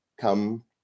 come